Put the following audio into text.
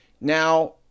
Now